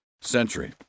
century